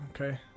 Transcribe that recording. okay